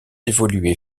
évolué